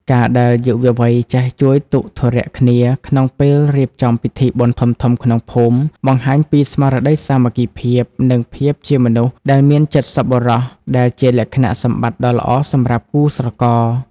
ការដែលយុវវ័យចេះជួយទុក្ខធុរៈគ្នា ក្នុងពេលរៀបចំពិធីបុណ្យធំៗក្នុងភូមិ បង្ហាញពីស្មារតីសាមគ្គីភាព និងភាពជាមនុស្សដែលមានចិត្តសប្បុរស ដែលជាលក្ខណៈសម្បត្តិដ៏ល្អសម្រាប់គូស្រករ។